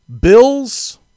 Bills